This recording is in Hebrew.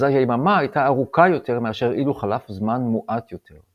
אזי היממה הייתה ארוכה יותר מאשר אילו חלף זמן מועט יותר.